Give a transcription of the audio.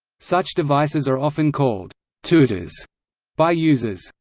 such devices are often called tooters by users.